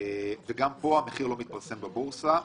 וגם פה המחיר לא מתפרסם בבורסה.